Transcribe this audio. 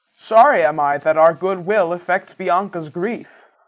sorry am i that our good will effects bianca's grief.